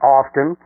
often